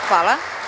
Hvala.